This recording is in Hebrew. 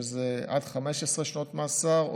שזה עד 15 שנות מאסר,